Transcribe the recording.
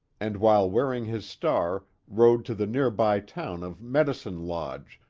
and while wearing his star rode to the nearby town of medicine lodge,